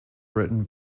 written